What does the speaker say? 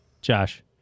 Josh